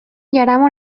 jaramon